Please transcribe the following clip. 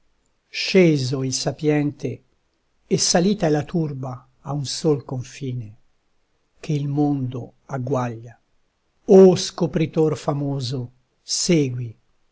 sceso il sapiente e salita è la turba a un sol confine che il mondo agguaglia o scopritor famoso segui